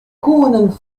koenen